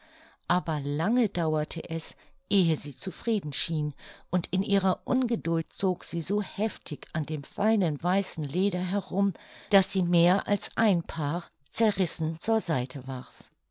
aber lange dauerte es ehe sie zufrieden schien und in ihrer ungeduld zog sie so heftig an dem feinen weißen leder herum daß sie mehr als ein paar zerrissen zur seite warf